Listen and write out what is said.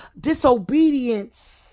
disobedience